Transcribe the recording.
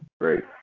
Great